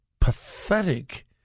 pathetic